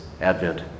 Advent